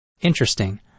Interesting